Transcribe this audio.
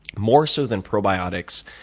more so than probiotics,